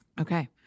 Okay